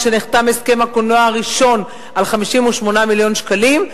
כשנחתם הסכם הקולנוע הראשון על 58 מיליון שקלים,